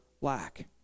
lack